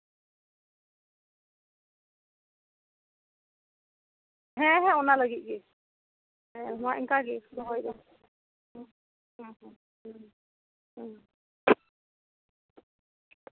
ᱦᱮᱸ ᱦᱮᱸ ᱚᱱᱟ ᱞᱟᱹᱜᱤᱫ ᱜᱮ ᱢᱟ ᱚᱱᱠᱟ ᱜᱮ ᱫᱚᱦᱚᱭ ᱢᱮ